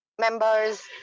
members